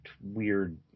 weird